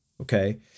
okay